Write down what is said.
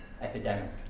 epidemic